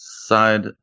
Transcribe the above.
side